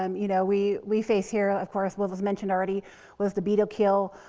um you know, we, we face here, of course with, was mentioned already was the beetle kill.